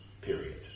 period